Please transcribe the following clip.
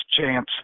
chance